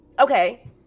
Okay